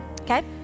okay